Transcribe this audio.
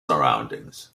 surroundings